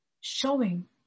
showing